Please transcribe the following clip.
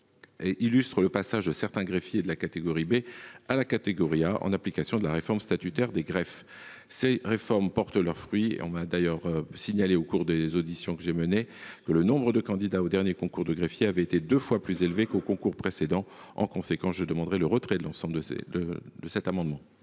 illustre le passage de certains greffiers de la catégorie B à la catégorie A, en application de la réforme statutaire des greffes. Ces réformes portent leurs fruits. D’ailleurs, au cours des auditions que j’ai menées, on m’a signalé que le nombre de candidats au dernier concours de greffier avait été deux fois plus élevé qu’au concours précédent. La commission demande donc le retrait de cet amendement.